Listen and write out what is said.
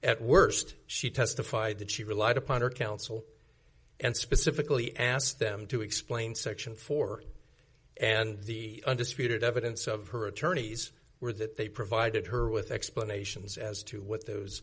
at worst she testified that she relied upon her counsel and specifically asked them to explain section four and the undisputed evidence of her attorneys were that they provided her with explanations as to what those